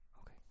Okay